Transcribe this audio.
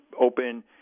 open